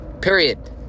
Period